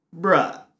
bruh